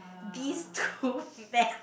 these two fans